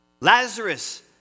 Lazarus